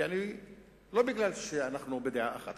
לא מפני שאנחנו בדעה אחת,